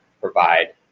provide